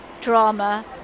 drama